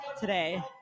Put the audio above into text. today